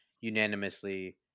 unanimously